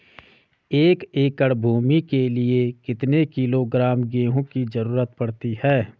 एक एकड़ भूमि के लिए कितने किलोग्राम गेहूँ की जरूरत पड़ती है?